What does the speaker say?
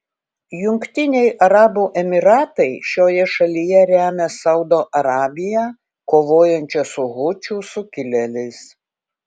jungtiniai arabų emyratai šioje šalyje remia saudo arabiją kovojančią su hučių sukilėliais